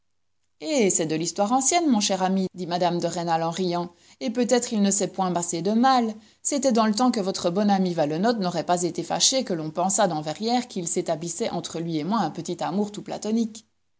hé c'est de l'histoire ancienne mon cher ami dit mme de rênal en riant et peut-être il ne s'est point passé de mal c'était dans le temps que votre bon ami valenod n'aurait pas été fâché que l'on pensât dans verrières qu'il s'établissait entre lui et moi un petit amour tout platonique